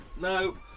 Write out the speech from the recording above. no